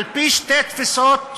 על-פי שתי תפיסות עיקריות.